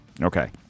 Okay